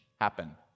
happen